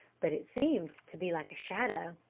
but it seemed to be like a shadow